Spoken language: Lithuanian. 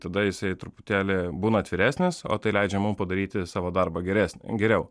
tada jisai truputėlį būna atviresnis o tai leidžia mum padaryti savo darbą geresnį geriau